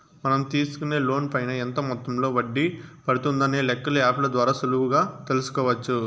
మనం తీసుకునే లోన్ పైన ఎంత మొత్తంలో వడ్డీ పడుతుందనే లెక్కలు యాప్ ల ద్వారా సులువుగా తెల్సుకోవచ్చు